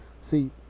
see